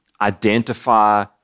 identify